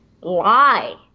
lie